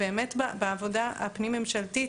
ובאמת בעבודה הפנים-ממשלתית,